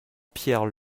pierre